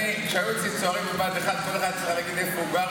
כשהיו אצלי צוערים בבה"ד 1 כל אחד היה צריך להגיד איפה הוא גר,